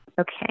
Okay